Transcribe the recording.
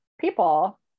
people